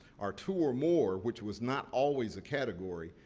our two or more, which was not always a category,